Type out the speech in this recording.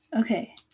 Okay